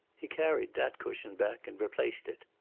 he carried that cushion back and replaced it.